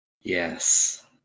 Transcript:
Yes